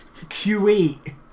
Q8